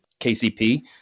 KCP